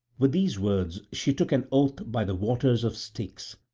with these words she took an oath by the waters of styx,